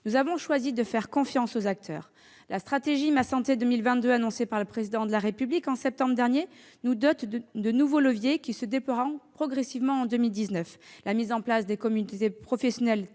Nous avons choisi de faire confiance aux acteurs. La stratégie Ma santé 2022 annoncée par le Président de la République en septembre dernier nous dote de nouveaux leviers qui se déploieront progressivement en 2019 : la mise en place des communautés professionnelles